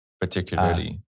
particularly